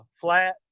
flat